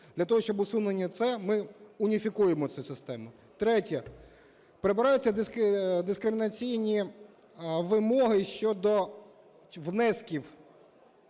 Для того щоб усунути це, ми уніфікуємо цю систему. Третє. Прибираються дискримінаційні вимоги щодо внесків